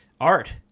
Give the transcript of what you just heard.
art